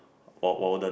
W~ Walden